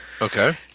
Okay